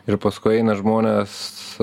ir paskui eina žmonės